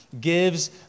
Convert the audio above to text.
Gives